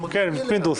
תתמודדי אליה.